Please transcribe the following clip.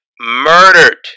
murdered